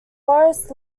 forest